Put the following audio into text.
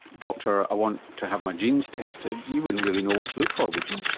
doctor, i want to have my genes tested, you wouldn't really know what to look for, would you?